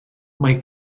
mae